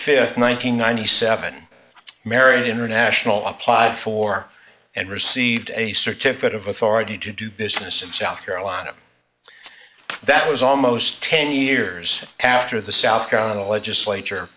and ninety seven marriott international applied for and received a certificate of authority to do business in south carolina that was almost ten years after the south carolina legislature